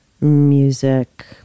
music